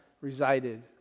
resided